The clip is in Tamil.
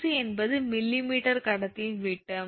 dc என்பது மில்லிமீட்டர் கடத்தியின் விட்டம்